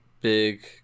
big